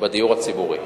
בדיור הציבורי.